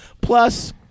Plus